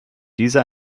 dieser